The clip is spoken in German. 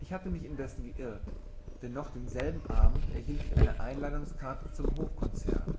ich hatte mich indessen geirrt denn noch denselben abend erhielt ich eine einladungskarte zum hofkonzert